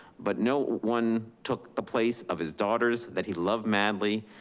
but no one took the place of his daughters that he loved madly.